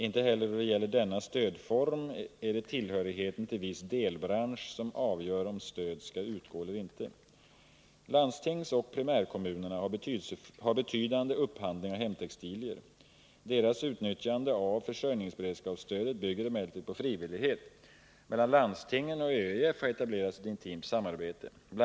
Inte heller då det gäller denna stödform är det tillhörigheten till viss delbransch som avgör om stöd skall utgå eller inte. Landstingsoch primärkommunerna har betydande upphandling av hemtextilier. Deras utnyttjande av försörjningsberedskapsstödet bygger emellertid på frivillighet. Mellan landstingen och ÖEF har etablerats ett intimt samarbete. Bl.